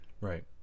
Right